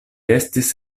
estis